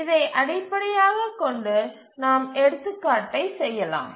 இதை அடிப்படையாகக் கொண்டு நாம் ஒரு எடுத்துக்காட்டை செய்வோம்